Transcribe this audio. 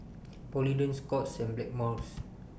Polident Scott's and Blackmores